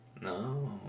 No